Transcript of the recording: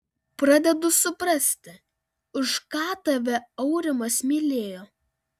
pradedu suprasti už ką tave aurimas mylėjo